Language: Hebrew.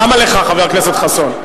למה לך, חבר הכנסת חסון?